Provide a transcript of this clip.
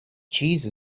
cheese